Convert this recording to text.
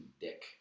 dick